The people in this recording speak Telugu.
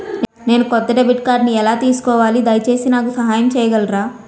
నేను కొత్త డెబిట్ కార్డ్ని ఎలా తీసుకోవాలి, దయచేసి నాకు సహాయం చేయగలరా?